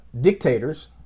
dictators